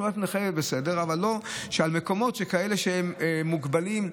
לא במקומות כאלה שהם מוגבלים,